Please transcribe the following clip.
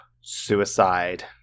suicide